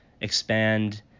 expand